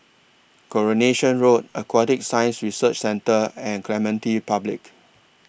Coronation Road Aquatic Science Research Centre and Clementi Public